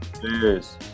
Cheers